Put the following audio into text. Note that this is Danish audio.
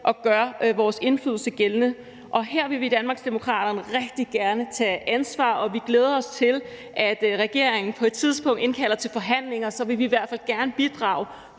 og gør vores indflydelse gældende. Her vil vi i Danmarksdemokraterne rigtig gerne tage ansvar, og vi glæder os til, at regeringen på et tidspunkt indkalder til forhandlinger. Så vil vi i hvert fald gerne bidrage